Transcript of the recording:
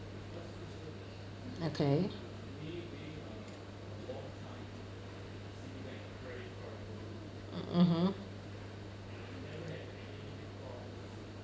okay mm mmhmm